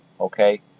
Okay